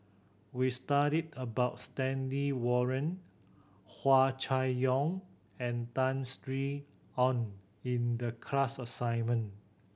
we studied about Stanley Warren Hua Chai Yong and Tan Sin Aun in the class assignment